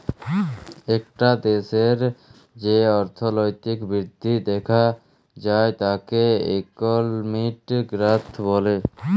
একটা দ্যাশের যে অর্থলৈতিক বৃদ্ধি দ্যাখা যায় তাকে ইকলমিক গ্রথ ব্যলে